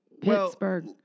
Pittsburgh